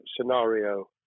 scenario